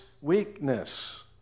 weakness